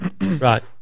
right